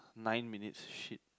nine minutes shit